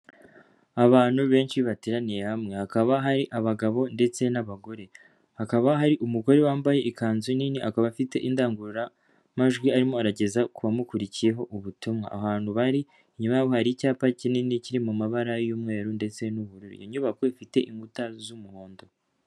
Abantu benshi bateraniye hamwe, hakaba hari abagabo ndetse n'abagore, hakaba hari umugore wambaye ikanzu nini akaba afite indangururamajwi arimo arageza ku bamukurikiye ubutumwa, aho hantu bari inyuma hari icyapa kinini kiri mu mabara y'umweru ndetse n'ubururu, inyubako ifite inkuta z'umuhondo.